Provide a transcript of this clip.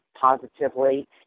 Positively